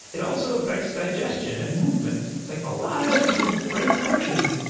it also affects digestion and movement like a lot of your brain's functions.